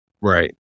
Right